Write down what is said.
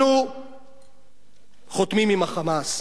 אנחנו חותמים עם ה"חמאס",